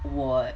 我